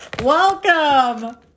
Welcome